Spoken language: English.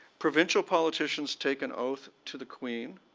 provincial politicians take an oath to the queen.